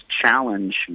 challenge